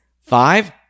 Five